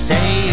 Say